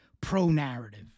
pro-narrative